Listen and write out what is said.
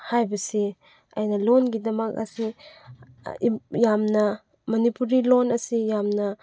ꯍꯥꯏꯕꯁꯤ ꯑꯩꯅ ꯂꯣꯟꯒꯤꯗꯃꯛ ꯑꯁꯤ ꯌꯥꯝꯅ ꯃꯅꯤꯄꯨꯔꯤ ꯂꯣꯟ ꯑꯁꯤ ꯌꯥꯝꯅ